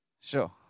Sure